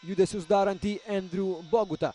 judesius darantį endrių bogutą